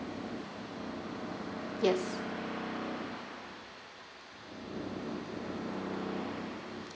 yes